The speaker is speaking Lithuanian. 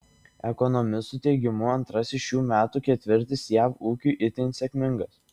ekonomistų teigimu antrasis šių metų ketvirtis jav ūkiui itin sėkmingas